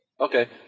Okay